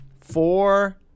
four